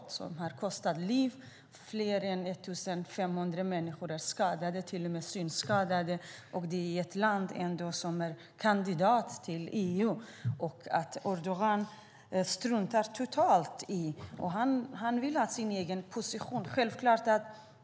Detta övervåld har kostat liv, och fler än 1 500 människor är skadade, till och med synskadade - och detta i ett land som är kandidat till EU. Erdogan struntar totalt i vad som händer. Han vill ha sin egen position.